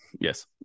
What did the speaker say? Yes